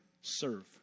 serve